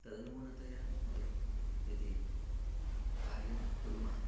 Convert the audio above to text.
तदनुगुणतया वयं यदि कार्यं कुर्मः